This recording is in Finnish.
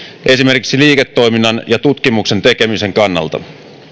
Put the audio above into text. esimerkiksi liiketoiminnan ja tutkimuksen tekemisen kannalta